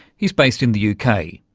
he's based in the uk. kind of